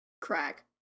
crack